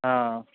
હા